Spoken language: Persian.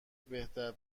بهتر